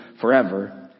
forever